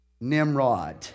Nimrod